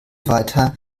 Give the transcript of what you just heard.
weiter